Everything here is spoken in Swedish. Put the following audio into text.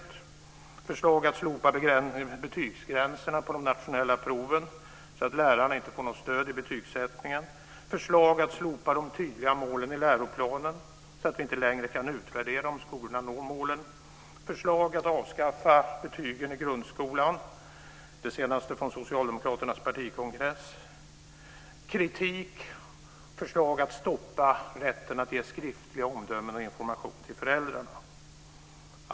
Det är förslag att slopa betygsgränserna på de nationella proven, så att lärarna inte får något stöd i betygssättningen Det är förslag att slopa de tydliga målen i läroplanen, så att vi inte längre kan utvärdera om skolan når målen. Det är förslag att avskaffa betygen i grundskolan, från Socialdemokraternas partikongress. Det är förslag att stoppa rätten att ge skriftliga omdömen och information till föräldrarna.